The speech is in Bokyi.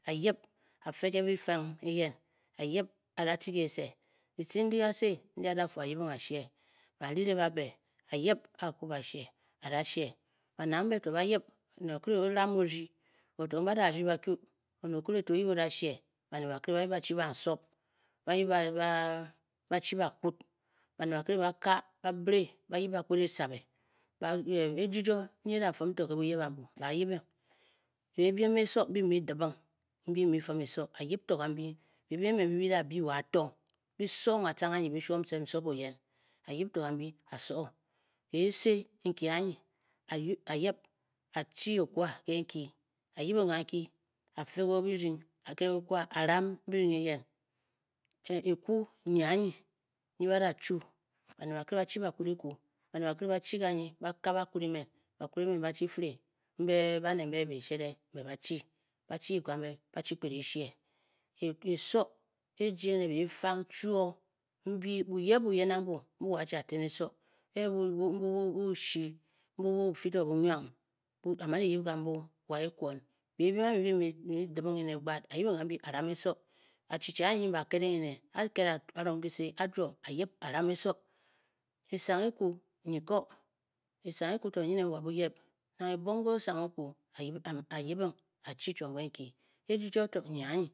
A yip a fe ke bifang mbi yen a yip a da te kese, kitce ndi kase ndi a da fu a yibing a she, ban rire ba be, a yip a da she, ba ned ambe to ba yip, oned okire to oram o rdyi, wo to mbe a da rdyi ba kyu. oned okire to oyip o da she, baned bakire ba yip ba chi bansob, ba yip ba chi bakwud, baned bakire ba ka ba bire ba yip ba kped e sabe, ejijuo nyi e da fum ke buyeb mba yibing, bebiem eso mbi mu dibing mbi mu fum eso, mba yip to kambyi, bebiem emen mbi bi da byi wa atong, bi song atcang anyi. bi shuom sef nsob oyen, kisii nki anyi a yibing a chi okwa nke nki, ayibing ganki a fe birdying, a fe kikwa a ram birdying eyen, ekwu nyi anyi nyi ba da chuu, baned bakire ba chi bakwud ekwu. baned bakire ba chi kanyi ba ka bakwud emen, bakwud emen bachi fi re mbe ba ned mbe bee shed mbe ba chi ba chi yip kambe ba chi kped e she, eso e jie ne beefang chwoo mbyi, buyep buyen ambu mbuu wo achi a ten eso, e mbu bu shyii, mbu bu fii to bunwang a man eyib kambu wa ekwon, bebiem ambi mbi bi mu bidibing ene gbaad a man yip gambi a ram eso, achichie anyi nyi mbe ba kedeng ene a-ked arong kise a-juom a yip a ram eso, esang ekwu nyi ko, esang eku to mu nen wa buyep, nang ebong ke osang ekwu a yibing a chi chiom nke nki, ejijio to nyi anyi.